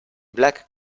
black